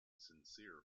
sincere